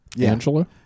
Angela